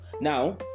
now